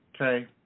Okay